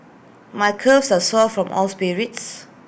my calves are sore from all sprints